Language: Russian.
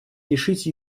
решить